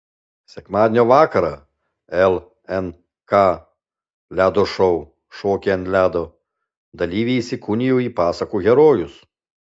sekmadienio vakarą lnk ledo šou šokiai ant ledo dalyviai įsikūnijo į pasakų herojus